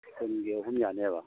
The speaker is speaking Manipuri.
ꯀꯨꯟꯒꯤ ꯑꯍꯨꯝ ꯌꯥꯅꯦꯕ